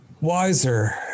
wiser